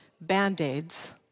Band-Aids